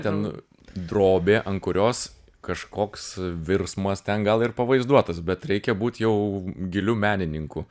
ten drobė an kurios kažkoks virsmas ten gal ir pavaizduotas bet reikia būt jau giliu menininku